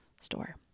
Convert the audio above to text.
store